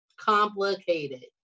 Complicated